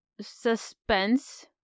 suspense